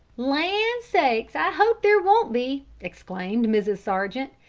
land sakes, i hope there won't be! exclaimed mrs. sargent.